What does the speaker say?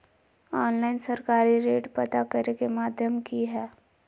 Online सरकारी rate पता करे के माध्यम की हय?